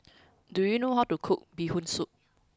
do you know how to cook Bee Hoon soup